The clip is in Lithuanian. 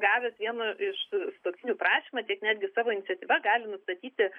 gavęs vieno iš sutuoktinių prašymą tiek netgi savo iniciatyva gali nustatyti